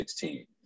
2016